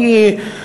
אני,